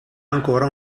ancora